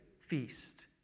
feast